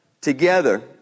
together